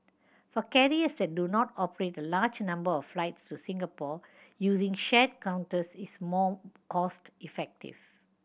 for carriers that do not operate a large number of flights to Singapore using shared counters is more cost effective